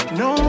no